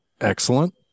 excellent